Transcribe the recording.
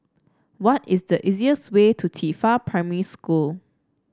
what is the easiest way to Qifa Primary School